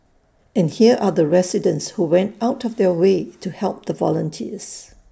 and here are the residents who went out of their way to help the volunteers